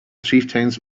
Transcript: chieftains